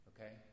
Okay